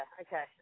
Okay